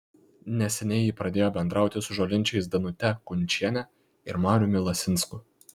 neseniai ji pradėjo bendrauti su žolinčiais danute kunčiene ir mariumi lasinsku